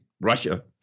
Russia